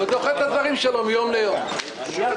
תודה רבה.